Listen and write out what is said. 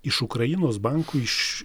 iš ukrainos bankų iš